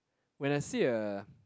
when I see a